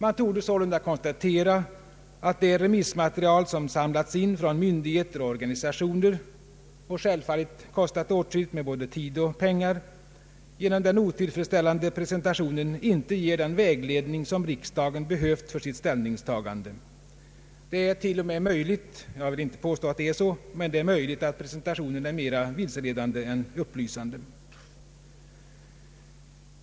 Man torde sålunda kunna konstatera att det remissmaterial som samlats in från myndigheter och organisationer — och som självfallet kostat åtskilligt med både tid och pengar — genom den otillfredsställande presentationen inte ger den vägledning som riksdagen behövt för sitt ställningstagande. Det är till och med möjligt — jag vill dock inte påstå att det är så — att presentationen är mera vilseledande än upplysande.